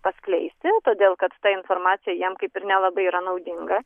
atskleisti todėl kad ta informacija jam kaip ir nelabai yra naudinga